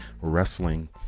wrestling